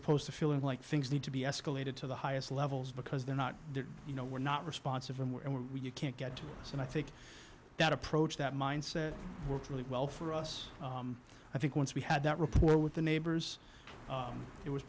opposed to feeling like things need to be escalated to the highest levels because they're not you know we're not responsive and we can't get to us and i think that approach that mindset works really well for us i think once we had that report with the neighbors it was